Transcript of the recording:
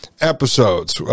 episodes